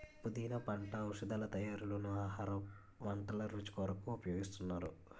పుదీనా పంట ఔషధాల తయారీలోనూ ఆహార వంటల రుచి కొరకు ఉపయోగిస్తున్నారు